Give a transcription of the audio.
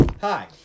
hi